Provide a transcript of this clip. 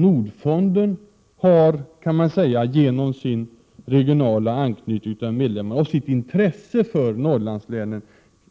Nordfonden har, kan man säga, genom sin regionala anknytning och sitt intresse för Norrlandslänen